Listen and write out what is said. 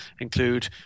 include